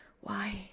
Why